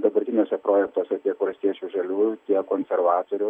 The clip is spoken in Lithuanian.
dabartiniuose projektuose tiek valstiečių žaliųjų tiek konservatorių